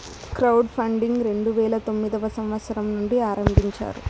crowd funding రెండు వేల తొమ్మిదవ సంవచ్చరం నుండి ఆరంభించారు